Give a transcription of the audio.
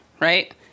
right